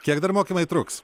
kiek dar mokymai truks